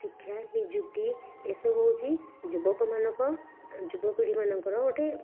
ଶିକ୍ଷା ନିଯୁକ୍ତି ଏସବୁ ହେଉଛି ଯୁବକମାନଙ୍କ ଯୁବ ପିଢ଼ିମାନଙ୍କର ଗୋଟେ